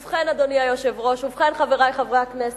ובכן, אדוני היושב-ראש, ובכן, חברי חברי הכנסת,